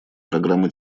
программы